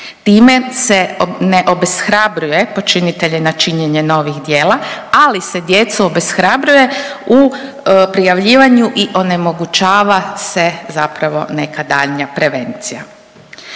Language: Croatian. Time se ne obeshrabruje počinitelje na činjenje novih djela, ali se djecu obeshrabruje u prijavljivanju i onemogućava se zapravo neka daljnja prevencija.